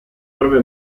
avrebbe